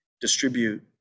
distribute